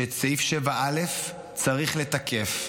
שאת סעיף 7א צריך לתקף.